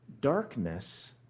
Darkness